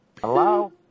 Hello